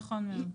נכון מאוד.